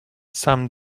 some